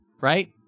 right